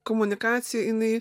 komunikacija jinai